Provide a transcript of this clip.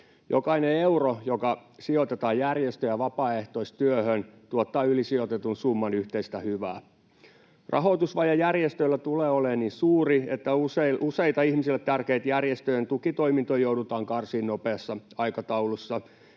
Jokainen euro, joka sijoitetaan järjestö- ja vapaaehtoistyöhön, tuottaa yli sijoitetun summan yhteistä hyvää. Rahoitusvaje järjestöillä tulee olemaan niin suuri, että useita ihmisille tärkeitä järjestöjen tukitoimintoja joudutaan karsimaan nopeassa aikataulussa,